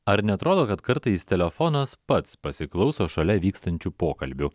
ar neatrodo kad kartais telefonas pats pasiklauso šalia vykstančių pokalbių